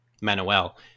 manuel